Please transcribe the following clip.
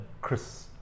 chris